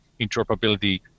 interoperability